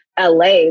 LA